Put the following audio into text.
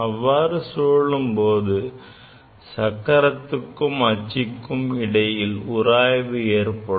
அவ்வாறு சுழலும்போது சக்கரத்துக்கும் அச்சுக்கும் இடையில் உராய்வு ஏற்படும்